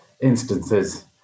instances